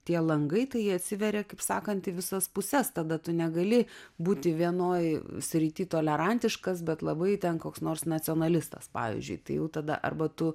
tie langai tai jie atsiveria kaip sakant visas puses tada tu negali būti vienoj srity tolerantiškas bet labai ten koks nors nacionalistas pavyzdžiui tai jau tada arba tu